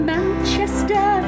Manchester